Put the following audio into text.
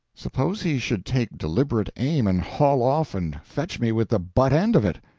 suppose he should take deliberate aim and haul off and fetch me with the butt-end of it?